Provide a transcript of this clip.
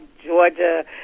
Georgia